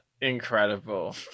incredible